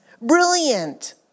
Brilliant